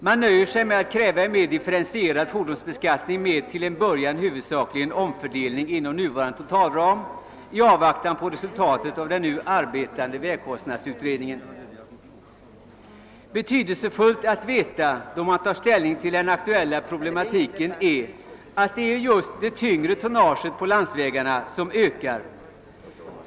Man nöjer sig med att kräva en mer differentierad fordonsbeskattning, till en början med en omfördelning inom nuvarande totalram i avvaktan på resultatet av den nu arbetande vägkostnadsutredningen. Betydelsefullt att veta då man tar ställning till den aktuella problematiken är att det just är det tyngre tonnaget på landsvägarna som ökar.